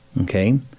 okay